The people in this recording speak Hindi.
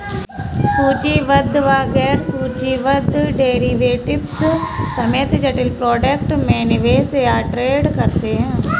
सूचीबद्ध व गैर सूचीबद्ध डेरिवेटिव्स समेत जटिल प्रोडक्ट में निवेश या ट्रेड करते हैं